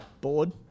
Bored